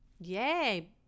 Yay